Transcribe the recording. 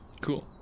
cool